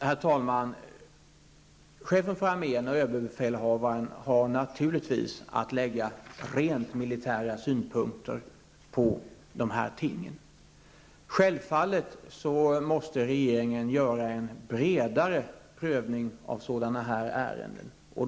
Herr talman! Chefen för armén och överbefälhavaren har naturligtvis att lägga rent militära synpunkter på de här tingen. Självfallet måste regeringen göra en bredare prövning av sådana här ärenden.